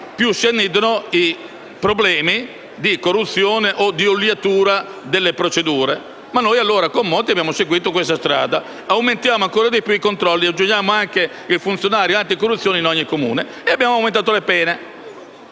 più si annidano i problemi di corruzione o di "oliatura" delle procedure. Noi allora con Monti abbiamo seguito questa strada, aumentando ancora di più i controlli ed aggiungendo anche il funzionario anticorruzione in ogni Comune. Abbiamo anche aumentato le pene